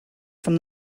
from